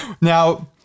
Now